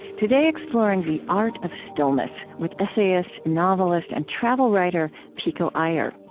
today, exploring the art of stillness with essayist, novelist, and travel writer pico iyer.